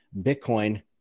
Bitcoin